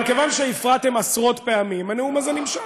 אבל כיוון שהפרעתם עשרות פעמים, הנאום הזה נמשך.